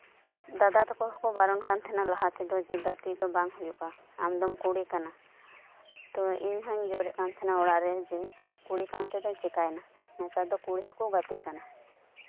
ᱫᱟᱫᱟ ᱛᱟᱠᱚ ᱦᱚᱸᱠᱚ ᱵᱟᱨᱚᱱ ᱠᱟᱱ ᱛᱟᱸᱦᱮᱜ ᱞᱟᱦᱟ ᱛᱮᱫᱚ ᱟᱢ ᱫᱚᱢ ᱠᱩᱲᱤ ᱠᱟᱱᱟ ᱛᱳ ᱤᱧ ᱦᱚᱧ ᱡᱳᱨ ᱮᱜ ᱠᱟᱱ ᱛᱟᱸᱦᱮᱱ ᱚᱲᱟᱜ ᱨᱮ ᱡᱮ ᱠᱩᱲᱤ ᱠᱟᱱ ᱛᱮᱫᱳᱧ ᱪᱤᱠᱟᱭᱮᱱᱟ ᱱᱮᱛᱟᱨ ᱫᱚ ᱠᱩᱲᱤ ᱦᱚᱸᱠᱚ ᱜᱟᱛᱮᱜ ᱠᱟᱱᱟ